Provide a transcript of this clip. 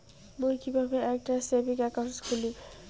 মুই কিভাবে একটা সেভিংস অ্যাকাউন্ট খুলিম?